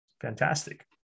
fantastic